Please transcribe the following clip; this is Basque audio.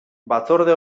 batzorde